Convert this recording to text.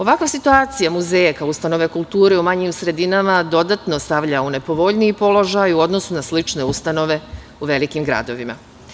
Ovakva situacija muzeja kao ustanova kulture u manjim sredinama dodatno stavlja u nepovoljniji položaj u odnosu na slične ustanove u velikim gradovima.